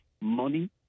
money